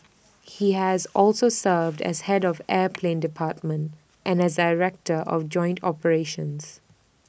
he has also served as Head of air plan department and as director of joint operations